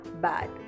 bad